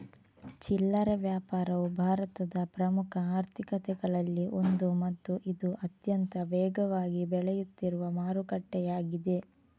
ಚಿಲ್ಲರೆ ವ್ಯಾಪಾರವು ಭಾರತದ ಪ್ರಮುಖ ಆರ್ಥಿಕತೆಗಳಲ್ಲಿ ಒಂದು ಮತ್ತು ಇದು ಅತ್ಯಂತ ವೇಗವಾಗಿ ಬೆಳೆಯುತ್ತಿರುವ ಮಾರುಕಟ್ಟೆಯಾಗಿದೆ